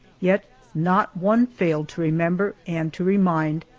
yet not one failed to remember and to remind,